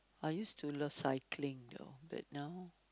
I used to love cycling though but now